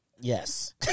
Yes